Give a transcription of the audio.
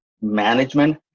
management